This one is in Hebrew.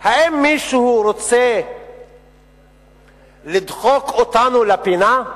האם מישהו רוצה לדחוק אותנו לפינה?